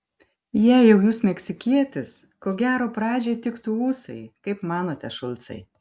jei jau jūs meksikietis ko gero pradžiai tiktų ūsai kaip manote šulcai